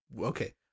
okay